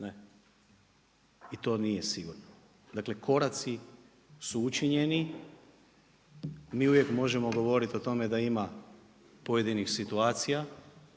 I to nije sigurno. Dakle, koraci su učinjeni. Mi uvijek možemo govoriti o tome da ima pojedinih situacija,